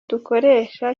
dukoresha